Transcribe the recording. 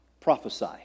prophesy